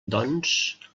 doncs